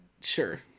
sure